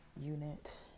unit